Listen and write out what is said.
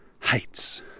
heights